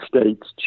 states